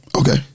Okay